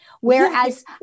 Whereas